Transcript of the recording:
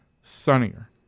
sunnier